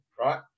right